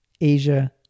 Asia